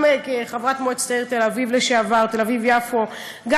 גם כחברת מועצת העיר תל-אביב יפו לשעבר,